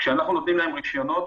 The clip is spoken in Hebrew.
כשאנחנו נותנים להם רישיונות,